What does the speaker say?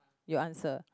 you answer